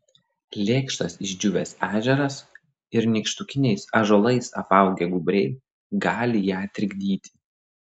lėkštas išdžiūvęs ežeras ir nykštukiniais ąžuolais apaugę gūbriai gali ją trikdyti